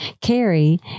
Carrie